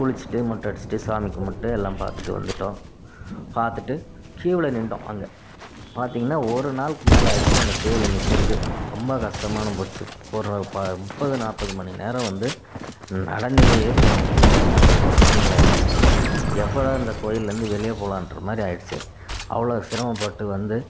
குளிச்சுட்டு மொட்டை அடிச்சுட்டு சாமி கும்பிட்டு எல்லாம் பார்த்துட்டு வந்துவிட்டோம் பார்த்துட்டு கீயூவில் நின்றோம் அங்கே பார்த்திங்ன்னா ஒரு நாளைக்கு மேலே ஆகிடுச்சி அந்த கீயூவ் நிற்கிறதே ரொம்ப கஷ்டமாக போச்சு ஒரு முப்பது நாற்பது மணி நேரம் வந்து நடந்தே போகிற மாதிரி ஒரு சூழ்நிலையா போச்சு எப்படிடா இந்த கோயிலேருந்து வெளியே போகலான்ற மாதிரி ஆகிடுச்சி அவ்வளோ சிரமப்பட்டு வந்து